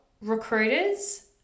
recruiters